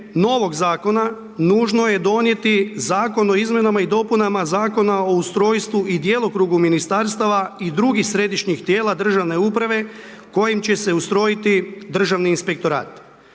novog zakona nužno je donijeti Zakon o izmjenama i dopunama Zakona o ustrojstvu i djelokrugu ministarstava i drugih središnjih tijela državne uprave kojim će se ustrojiti državni inspektorat.